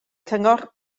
cyngor